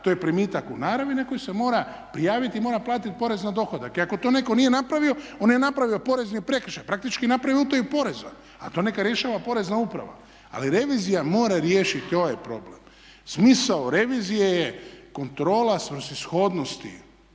to je primitak u naravi na koju se mora prijaviti i mora platiti porez na dohodak. I ako to netko nije napravio on je napravio porezni prekršaj. Praktički je napravio utaju poreza, a to neka rješava Porezna uprava. Ali revizija mora riješiti ovaj problem. Smisao revizije je kontrola svrsishodnosti